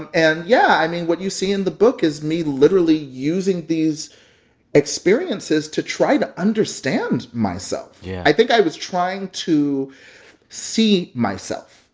and and yeah, i mean, what you see in the book is me literally using these experiences to try to understand myself yeah i think i was trying to see myself.